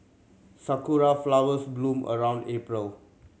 sakura flowers bloom around April